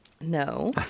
No